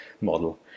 model